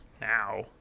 now